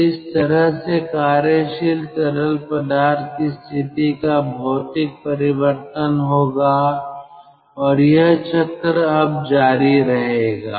तो इस तरह से कार्यशील तरल पदार्थ की स्थिति का भौतिक परिवर्तन होगा और यह चक्र अब जारी रहेगा